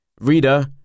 Reader